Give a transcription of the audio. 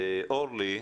ואורלי,